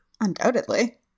undoubtedly